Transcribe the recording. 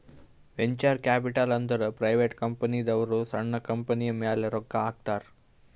venture capital ಅಂದುರ್ private ಕಂಪನಿದವ್ರು ಸಣ್ಣು ಕಂಪನಿಯ ಮ್ಯಾಲ ರೊಕ್ಕಾ ಹಾಕ್ತಾರ್